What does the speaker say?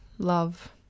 love